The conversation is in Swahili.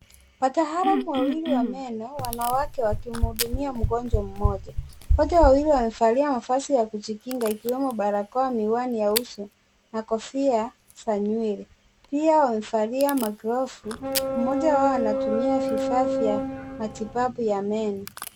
Wataalamu wawili wa meno wanawake wakimhudumia mgonjwa mmoja, wote wawili wamevalia mavazi ya kujikinga ikiwemo barakoa, miwani ya uso na kofia za nywele, pia wamevalia maglavu, mmoja wao anatumia vifaa vya matibabu ya meno.